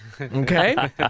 okay